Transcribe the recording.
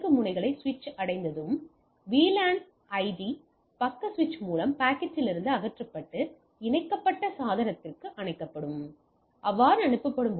இலக்கு முனைகளின் சுவிட்சை அடைந்ததும் VLAN ஐடி பக்க சுவிட்ச் மூலம் பாக்கெட்டிலிருந்து அகற்றப்பட்டு இணைக்கப்பட்ட சாதனத்திற்கு அனுப்பப்படும்